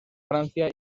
francia